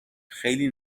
خیلی